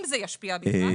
אם זה ישפיע בכלל.